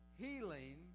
healing